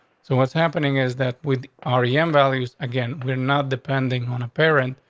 so what's happening is that with r e m values again, we're not depending on a parent.